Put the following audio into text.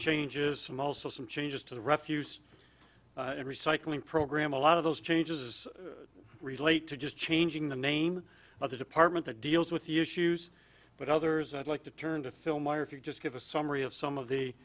changes and also some changes to the refuse recycling program a lot of those changes relate to just changing the name of the department that deals with the issues but others i'd like to turn to fill my or if you just give a summary of some of the